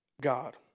God